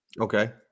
Okay